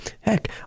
heck